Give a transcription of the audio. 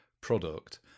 product